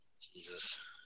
Jesus